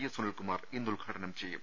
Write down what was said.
S Sunilkumar ഇന്ന് ഉദ്ഘാടനം ചെയ്യും